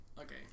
Okay